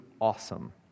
awesome